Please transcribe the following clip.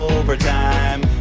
overtime.